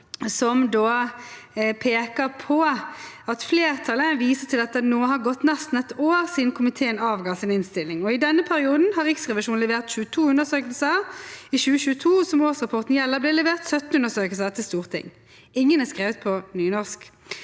«Flertallet viser til at det nå har gått nesten ett år siden komiteen avga sin innstilling, og i denne perioden har Riksrevisjonen levert 22 undersøkelser. I 2022, som årsrapporten gjelder, ble det levert 17 undersøkelser til Stortinget. Ingen er skrevet på nynorsk.